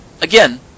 Again